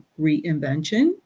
reinvention